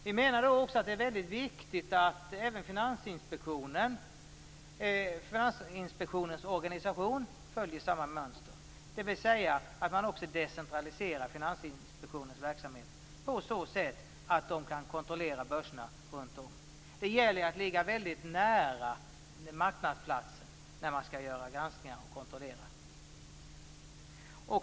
Vi menar att det är viktigt att Finansinspektionens organisation följer samma mönster, dvs. att decentralisera Finansinspektionens verksamhet på så sätt att man kan kontrollera börserna runt om i landet. Det gäller att ligga nära marknadsplatsen vid granskningarna.